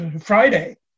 Friday